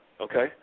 okay